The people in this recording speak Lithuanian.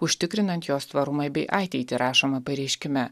užtikrinant jos tvarumą bei ateitį rašoma pareiškime